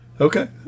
Okay